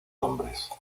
hombres